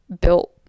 built